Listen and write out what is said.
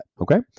okay